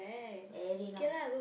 very long